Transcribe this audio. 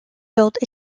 built